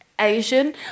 Asian